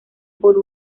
por